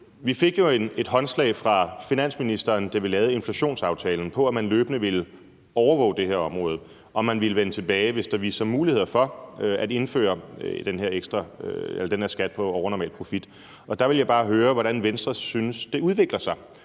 et håndslag fra finansministeren på, at man løbende ville overvåge det her område, og at man ville vende tilbage, hvis der viste sig muligheder for at indføre den her skat på overnormal profit. Der vil jeg bare høre, hvordan Venstre synes det udvikler sig.